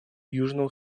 южного